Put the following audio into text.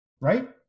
Right